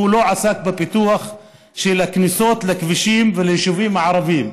לא עסק בפיתוח של הכניסות והכבישים ליישובים הערביים.